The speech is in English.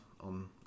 on